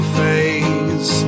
face